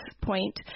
point